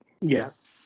Yes